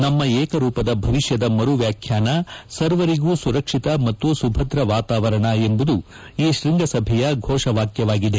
ನಮ್ಮ ಏಕರೂಪದ ಭವಿಷ್ಯದ ಮರು ವ್ಯಾಖ್ಯಾನ ಸರ್ವರಿಗೂ ಸುರಕ್ಷಿತ ಮತ್ತು ಸುಭದ್ರ ವಾತಾವರಣ ಎಂಬುದು ಈ ಶೃಂಗಸಭೆಯ ಘೋಷವಾಕ್ಯವಾಗಿದೆ